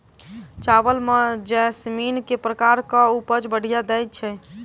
चावल म जैसमिन केँ प्रकार कऽ उपज बढ़िया दैय छै?